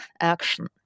action